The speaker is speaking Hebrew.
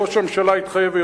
ראש הממשלה התחייב,